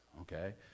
Okay